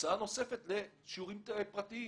הוצאה נוספת לשיעורים פרטיים